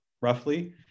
roughly